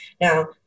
Now